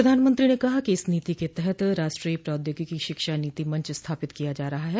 प्रधानमंत्री ने कहा कि इस नीति के तहत राष्ट्रीय प्रौद्योगिकी शिक्षा नीति मंच स्थापित किया जा रहा है